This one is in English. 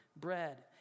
bread